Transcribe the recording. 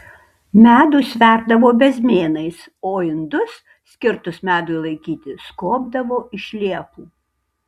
medų sverdavo bezmėnais o indus skirtus medui laikyti skobdavo iš liepų